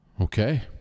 Okay